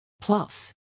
Plus